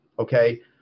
Okay